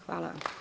Hvala.